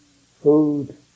food